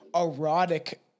erotic